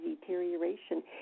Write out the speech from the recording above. deterioration